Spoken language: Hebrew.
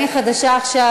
אני חדשה עכשיו,